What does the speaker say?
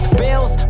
bills